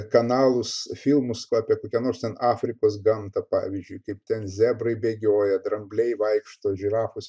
kanalus filmus apie kokią nors ten afrikos gamtą pavyzdžiui kaip ten zebrai bėgioja drambliai vaikšto žirafos